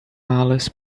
malas